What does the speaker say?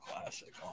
Classic